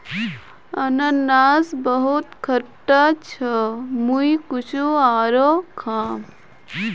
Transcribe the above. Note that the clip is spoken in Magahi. अनन्नास बहुत खट्टा छ मुई कुछू आरोह खाम